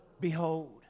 Behold